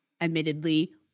admittedly